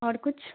اور کچھ